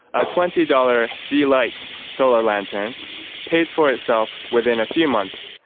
a twenty dollars d. light solar lantern pays for itself within a few months,